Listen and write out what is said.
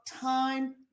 time